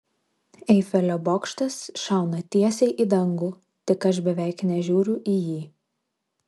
eifelio bokštas šauna tiesiai į dangų tik aš beveik nežiūriu į jį